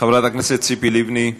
חברת הכנסת ציפי לבני,